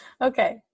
Okay